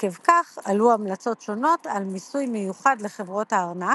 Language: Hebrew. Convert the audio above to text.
עקב כך עלו המלצות שונות על מיסוי מיוחד לחברות הארנק,